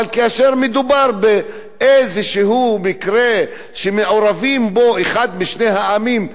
אבל כאשר מדובר באיזה מקרה שמעורבים בו אחד משני העמים,